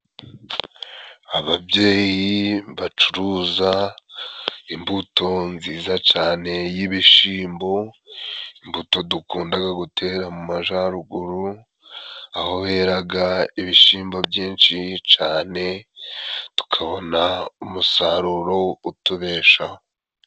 Ababyeyi bacuruza imbuto nziza cane y'ibishimbo. Imbuto dukundaga gutera mu majaruguru, aho heraga ibishimbo byinshi cane tukabona umusaruro utubeshaho.